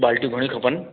बाल्टियूं घणी खपनि